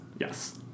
Yes